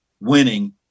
winning